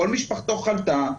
כל משפחתו חלתה,